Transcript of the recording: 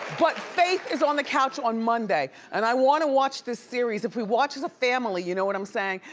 but faith is on the couch on monday. and i wanna watch this series. if we watch as a family, you know what i'm saying,